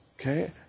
okay